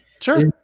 Sure